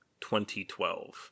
2012